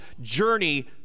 journey